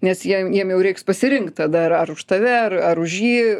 nes jiem jiem jau reiks pasirinkit tada ar už tave ar už jį